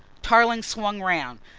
tarling swung round.